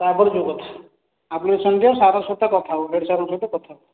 ତାପରେ ଯେଉଁ କଥା ଆପ୍ଲିକେସନ୍ ଦିଅ ସାର୍ ଙ୍କ ସହିତ କଥା ହୁଅ ବଡ଼ ସାର୍ ଙ୍କ ସହିତ କଥା ହୁଅ